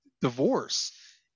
divorce